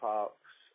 Parks